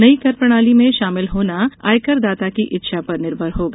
नई कर प्रणाली में शामिल होना आयकर दाता की इच्छा पर निर्भर होगा